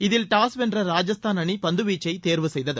இதில் டாஸ் வென்ற ராஜஸ்தான் அணி பந்துவீச்சை தேர்வு செய்தது